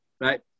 right